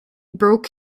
broke